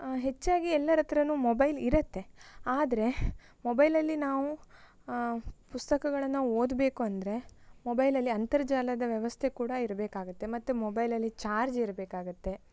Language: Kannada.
ಹೆಚ್ಚಾಗಿ ಎಲ್ಲರ ಹತ್ರಾನು ಮೊಬೈಲ್ ಇರುತ್ತೆ ಆದರೆ ಮೊಬೈಲಲ್ಲಿ ನಾವು ಪುಸ್ತಕಗಳನ್ನು ಓದಬೇಕು ಅಂದರೆ ಮೊಬೈಲಲ್ಲಿ ಅಂತರ್ಜಾಲದ ವ್ಯವಸ್ಥೆ ಕೂಡ ಇರಬೇಕಾಗುತ್ತೆ ಮತ್ತು ಮೊಬೈಲಲ್ಲಿ ಚಾರ್ಜ್ ಇರಬೇಕಾಗುತ್ತೆ